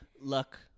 Luck